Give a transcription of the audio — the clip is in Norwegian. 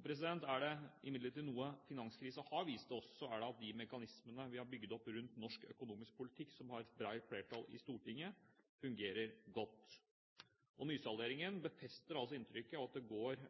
Er det imidlertid noe finanskrisen har vist oss, så er det at de mekanismene vi har bygd opp rundt norsk økonomisk politikk, og som har et bredt flertall i Stortinget, fungerer godt. Nysalderingen befester inntrykket av at det går